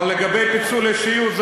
אבל לגבי פיצול אישיות,